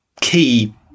key